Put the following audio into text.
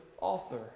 author